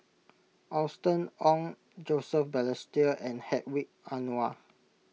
Austen Ong Joseph Balestier and Hedwig Anuar